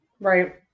Right